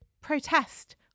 protest